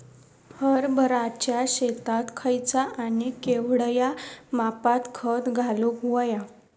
हरभराच्या शेतात खयचा आणि केवढया मापात खत घालुक व्हया?